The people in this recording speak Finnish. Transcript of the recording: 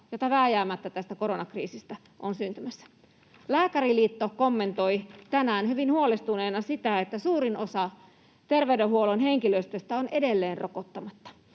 jota vääjäämättä tästä koronakriisistä on syntymässä. Lääkäriliitto kommentoi tänään hyvin huolestuneena sitä, että suurin osa terveydenhuollon henkilöstöstä on edelleen rokottamatta.